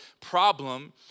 problem